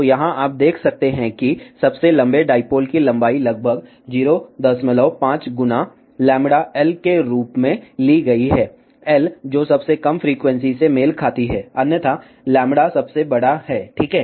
तो यहां आप देख सकते हैं कि सबसे लंबे डाईपोल की लंबाई लगभग 05 गुना λ L के रूप में ली गई है L जो सबसे कम फ्रीक्वेंसी से मेल खाती है अन्यथा λ सबसे बड़ा है ठीक है